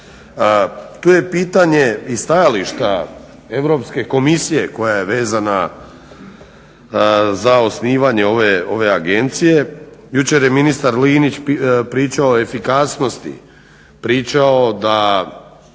Tu je pitanje i stajališta Europske komisije koja je vezana za osnivanje ove agencije. Jučer je ministar Linić pričao o efikasnosti, pričao da